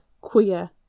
queer